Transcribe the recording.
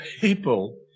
people